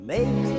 Make